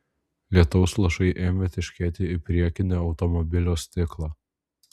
lietaus lašai ėmė teškėti į priekinį automobilio stiklą